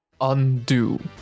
Undo